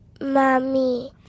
mommy